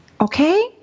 Okay